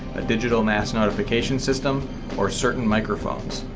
a digital mass notification system or certain microphones.